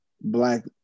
black